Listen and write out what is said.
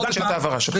תודה על שאלת ההבהרה שלך.